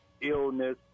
illness